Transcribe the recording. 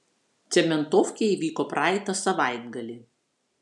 cementofkė įvyko praeitą savaitgalį